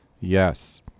Yes